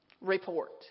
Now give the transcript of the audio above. report